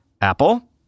Apple